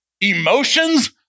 Emotions